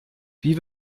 wie